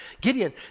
Gideon